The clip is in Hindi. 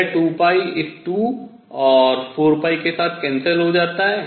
यह 2 इस 2 और 4 के साथ cancel हो जाता है